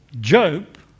Job